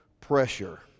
pressure